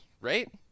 right